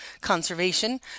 conservation